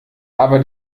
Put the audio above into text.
aber